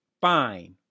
fine